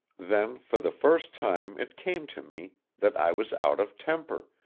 then for the first time it came to me that i was out of temper,